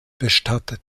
bestattet